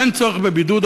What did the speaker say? אבל אין צורך בבידוד,